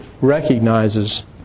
recognizes